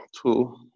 two